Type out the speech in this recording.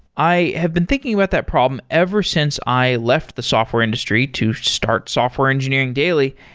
i have been thinking about that problem ever since i left the software industry to start software engineering daily,